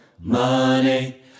money